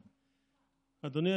אדוני,